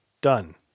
Done